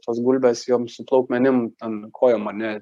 tos gulbės jom su plaukmenim ten kojom ar ne